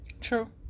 True